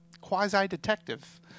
quasi-detective